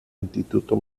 instituto